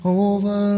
over